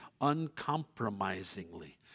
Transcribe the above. uncompromisingly